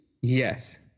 yes